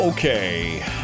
Okay